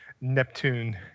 Neptune